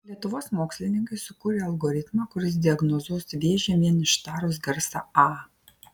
lietuvos mokslininkai sukūrė algoritmą kuris diagnozuos vėžį vien ištarus garsą a